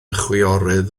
chwiorydd